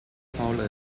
fowler